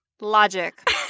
logic